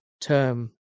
term